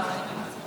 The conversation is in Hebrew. אני יודעת,